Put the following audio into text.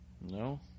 No